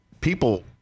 people